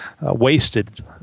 wasted